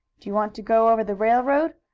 do you want to go over the railroad,